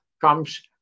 comes